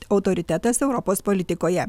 autoritetas europos politikoje